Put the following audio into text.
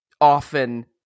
often